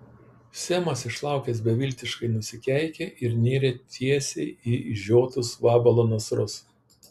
semas išlaukęs beviltiškai nusikeikė ir nėrė tiesiai į išžiotus vabalo nasrus